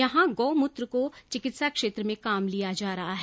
यहां गौ मूत्र को चिकित्सा क्षेत्र में काम में लिया जा रहा है